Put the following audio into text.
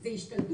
זו השתלטות,